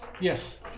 Yes